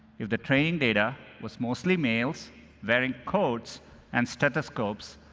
if the training data was mostly males wearing coats and stethoscopes,